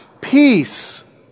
Peace